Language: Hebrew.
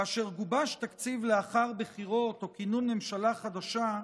כאשר גובש תקציב לאחר בחירות או כינון ממשלה חדשה,